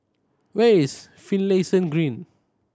where is Finlayson Green